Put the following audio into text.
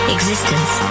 Existence